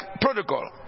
protocol